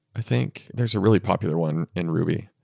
i think. there's a really popular one in ruby.